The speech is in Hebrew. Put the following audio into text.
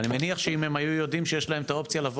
אני מניח שאם הם היו יודעים שיש להם את האופציה לבוא